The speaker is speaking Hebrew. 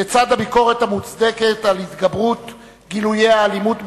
לצד הביקורת המוצדקת על התגברות גילויי האלימות בחברה,